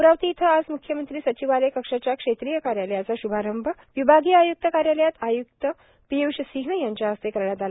अमरावती इथं आज म्ख्यमंत्री सचिवालय कक्षाच्या क्षेत्रीय कार्यालयाचा श्भारंभ विभागीय आय्क्त कार्यालयात आय्क्त पिय्ष सिंह यांच्या हस्ते करण्यात आला